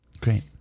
Great